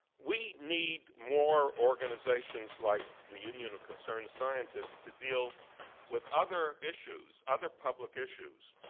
we need more organizations like the union of concerned scientists to deal with other issues, other public issues,